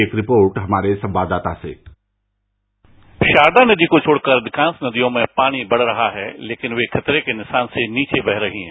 एक रिपोर्ट हमारे संवाददाता से शारदा नदी को छोड़कर अधिकांश नदियाँ में पानी बढ़ रहा है लेकिन वे खतरे के निशान से नीचे बह रहीं है